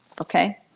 Okay